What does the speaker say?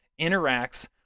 interacts